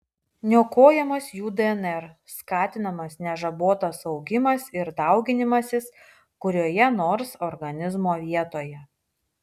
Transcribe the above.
niokojamas jų dnr skatinamas nežabotas augimas ir dauginimasis kurioje nors organizmo vietoje